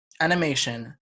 Animation